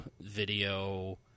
video